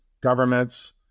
governments